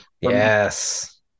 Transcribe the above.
Yes